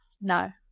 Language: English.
No